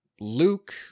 Luke